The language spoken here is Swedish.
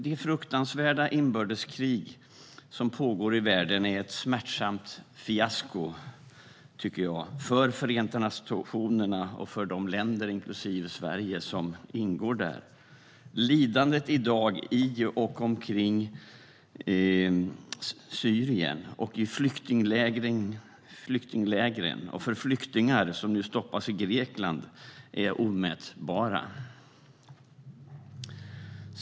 De fruktansvärda inbördeskrig som pågår i världen är ett smärtsamt fiasko för Förenta nationerna och för de länder, inklusive Sverige, som ingår där. Lidandet i och omkring Syrien, i flyktinglägren och för flyktingar som stoppas i Grekland är omätbart.